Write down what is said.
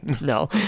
no